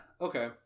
Okay